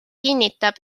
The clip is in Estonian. kinnitab